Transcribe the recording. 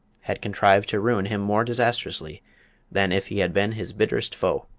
had contrived to ruin him more disastrously than if he had been his bitterest foe!